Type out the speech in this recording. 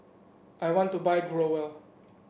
I want to buy Growell